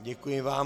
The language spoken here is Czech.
Děkuji vám.